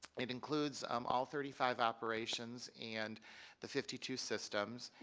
it includes um all thirty five operations and the fifty two systems.